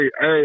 hey